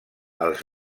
els